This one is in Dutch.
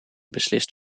beslist